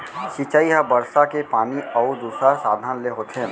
सिंचई ह बरसा के पानी अउ दूसर साधन ले होथे